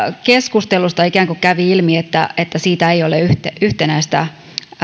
keskustelusta ikään kuin kävi ilmi että että siitä ei ole yhtenäistä